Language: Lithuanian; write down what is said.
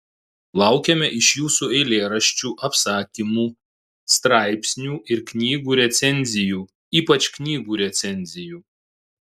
laukiame iš jūsų eilėraščių apsakymų straipsnių ir knygų recenzijų ypač knygų recenzijų